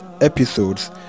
episodes